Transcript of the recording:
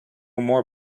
more